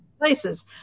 places